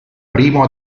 primo